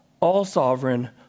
all-sovereign